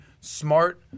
smart